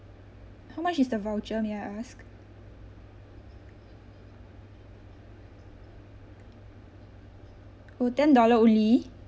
how much is the voucher may I ask oh ten dollar only